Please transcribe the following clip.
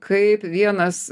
kaip vienas